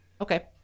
Okay